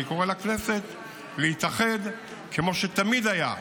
אני קורא לכנסת להתאחד כמו שתמיד היה,